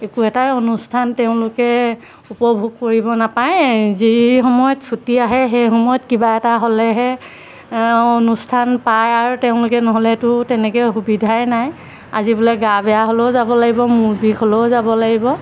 একো এটা অনুষ্ঠান তেওঁলোকে উপভোগ কৰিব নাপায় যি সময়ত ছুটি আহে সেই সময়ত কিবা এটা হ'লেহে অনুষ্ঠান পায় আৰু তেওঁলোকে নহ'লেতো তেনেকৈ সুবিধাই নাই আজি বোলে গা বেয়া হ'লেও যাব লাগিব মূৰ বিষ হ'লেও যাব লাগিব